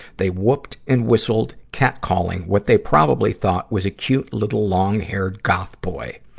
they whooped and whistled, catcalling what they probably thought was cute, little long-haired goth boy.